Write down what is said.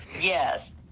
yes